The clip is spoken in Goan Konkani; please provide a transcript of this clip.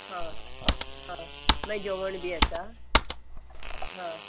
हा हा मागीर जेवण बी आसा हां